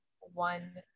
One